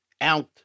out